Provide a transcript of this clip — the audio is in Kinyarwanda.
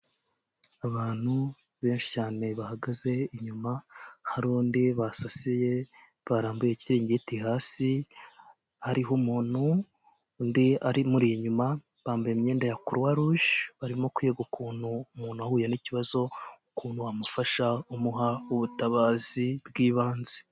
Abantu benshi cyane bahagaze inyuma hari undi basasiye barambuye ikiringiti hasi, hariho umuntu undi amuri inyuma, bambaye imyenda ya kuruwaruje, barimo kwiga ukuntu umuntu ahuye n'ikibazo ukuntu wamufasha umuha ubutabazi bw'ibanze.